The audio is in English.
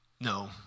No